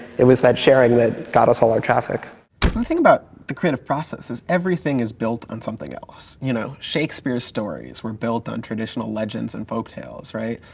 it was that sharing that got us all our traffic. the thing about the creative process is everything is built on something else. you know shakespeare stories were built on traditional legends and folktales right.